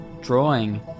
drawing